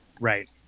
Right